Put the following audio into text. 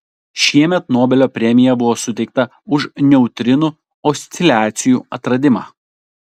šiemet nobelio premija buvo suteikta už neutrinų osciliacijų atradimą